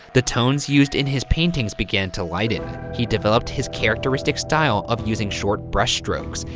the tones used in his paintings began to lighten. he developed his characteristic style of using short brushstrokes,